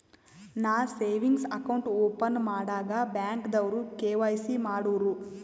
ನಾ savings account open ಮಾಡಾಗ್ ಬ್ಯಾಂಕ್ದವ್ರು ಕೆ.ವೈ.ಸಿ ಮಾಡೂರು